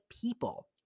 people